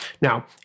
Now